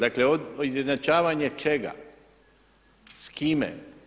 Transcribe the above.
Dakle izjednačavanje čega, s kime?